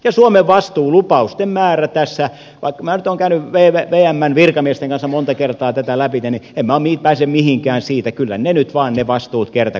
ja suomen vastuulupausten määrä tässä vaikka minä nyt olen käynyt vmn virkamiesten kanssa monta kertaa tätä läpi en minä pääse mihinkään siitä kyllä nyt vain kerta kaikkiaan kasvaa